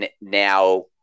now